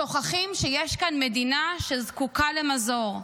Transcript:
שוכחים שיש כאן מדינה שזקוקה למזור.